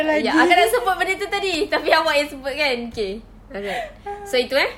ya akak nak sebutkan benda itu tadi tapi awak yang sebutkan okay alright so itu eh